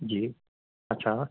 जी अच्छा